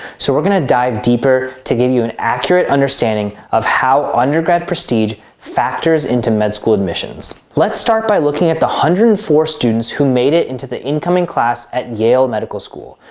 so we're going to dive deeper to give you an accurate understanding of how undergrad prestige factors into med school admissions. let's start by looking at the one hundred and four students who made it into the incoming class at yale medical school,